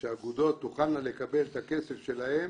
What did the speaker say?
שהאגודות תוכלנה לקבל את הכסף שלהן